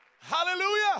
Hallelujah